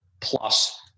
plus